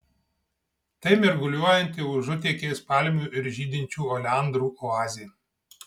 tai mirguliuojanti užutėkiais palmių ir žydinčių oleandrų oazė